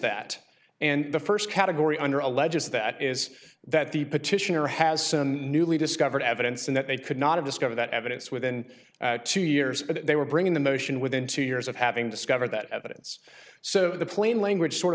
that and the first category under alleges that is that the petitioner has some newly discovered evidence and that they could not discover that evidence within two years they were bringing the motion within two years of having discovered that evidence so the plain language sort